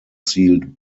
sealed